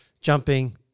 jumping